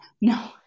No